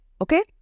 Okay